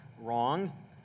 wrong